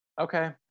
okay